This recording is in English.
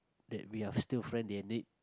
that we are still friend then they